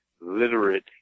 literate